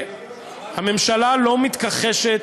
הממשלה לא מתכחשת